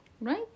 Right